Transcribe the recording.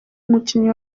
umukinnyi